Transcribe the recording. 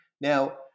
now